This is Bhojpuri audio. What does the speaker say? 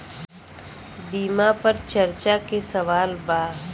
बीमा पर चर्चा के सवाल बा?